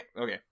Okay